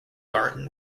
garden